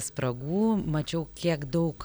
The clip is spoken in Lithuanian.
spragų mačiau kiek daug